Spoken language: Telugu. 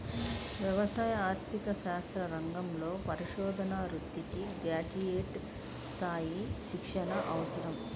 వ్యవసాయ ఆర్థిక శాస్త్ర రంగంలో పరిశోధనా వృత్తికి గ్రాడ్యుయేట్ స్థాయి శిక్షణ అవసరం